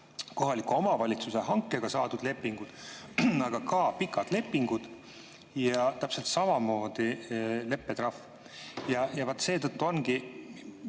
kohaliku omavalitsuse hankega saadud lepingud, aga ka pikad lepingud ja täpselt samamoodi on leppetrahv. Ja see ongi